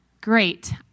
Great